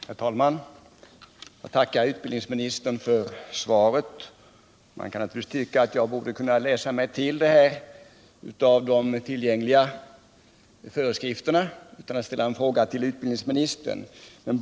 Herr talman! Jag tackar utbildningsministern för svaret. Man kan naturligtvis tycka att jag borde kunna läsa mig till detta av de tillgängliga föreskrifterna utan att ställa en fråga till utbildningsministern.